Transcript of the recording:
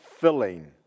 filling